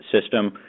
system